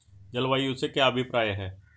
जलवायु से क्या अभिप्राय है?